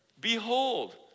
Behold